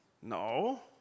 No